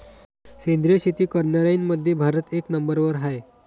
सेंद्रिय शेती करनाऱ्याईमंधी भारत एक नंबरवर हाय